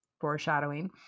foreshadowing